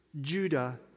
Judah